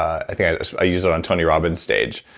i think i i used it on tony robbins's stage.